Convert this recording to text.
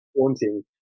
haunting